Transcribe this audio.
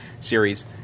series